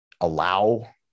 allow